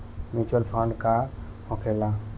Mutual fund का होखेला?